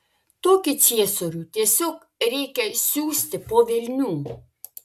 tokį ciesorių tiesiog reikia siųsti po velnių